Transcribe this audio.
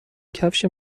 کفش